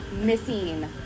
missing